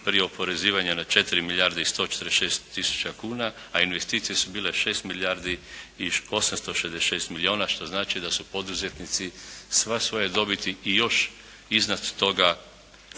prije oporezivanja na 4 milijarde i 146 tisuća kuna, a investicije su bile 6 milijardi i 866 milijuna što znači da su poduzetnici sve svoje dobiti i još iznad toga